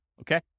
Okay